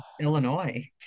Illinois